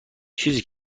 چیزی